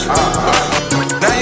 Now